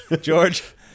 george